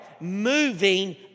moving